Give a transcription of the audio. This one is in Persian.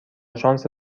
شانس